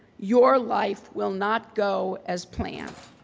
your life will not go as planned,